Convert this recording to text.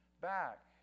back